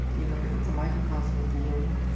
you know it's a microcosm of the world.